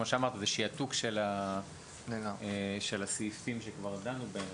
כמו שאמרת, זה שעתוק של הסעיפים שכבר דנו בהם.